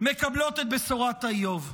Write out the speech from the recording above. מקבלות את בשורת האיוב?